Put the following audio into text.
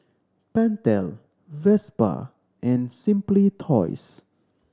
Pentel Vespa and Simply Toys